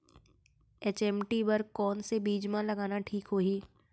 HMT बर कौन से बीज मा लगाना ठीक होही?